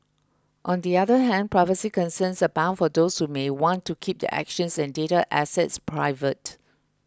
on the other hand privacy concerns abound for those who may want to keep their actions and data assets private